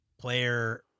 player